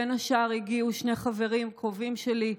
בין השאר הגיעו שני חברים קרובים שלי: